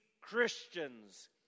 Christians